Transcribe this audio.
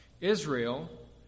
Israel